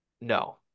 No